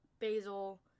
Basil